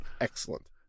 excellent